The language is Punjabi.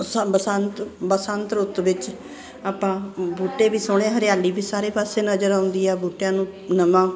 ਅਸਾਂ ਬਸੰਤ ਬਸੰਤ ਰੁੱਤ ਵਿੱਚ ਆਪਾਂ ਬੂਟੇ ਵੀ ਸੋਹਣੇ ਹਰਿਆਲੀ ਵੀ ਸਾਰੇ ਪਾਸੇ ਨਜ਼ਰ ਆਉਂਦੀ ਆ ਬੂਟਿਆਂ ਨੂੰ ਨਵਾਂ